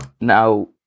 Now